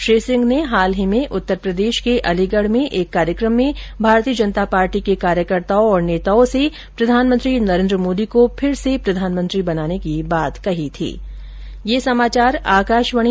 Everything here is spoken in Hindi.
श्री सिंह ने हाल ही में उत्तर प्रदेश के अलीगढ़ में एक कार्यक्रम में भारतीय जनता पार्टी के कार्यकर्ताओं और नेताओं से प्रधानमंत्री नरेन्द्र मोदी को फिर से प्रधानमंत्री बनाने की बात कही थी